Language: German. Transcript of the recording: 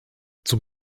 zum